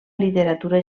literatura